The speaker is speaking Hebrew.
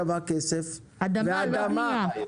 לא הבנייה?